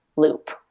loop